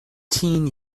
teen